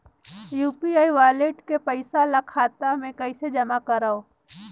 UPI wallet के पईसा ल खाता मे कइसे जमा करव?